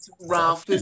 Ralph